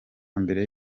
mbere